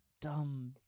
dumb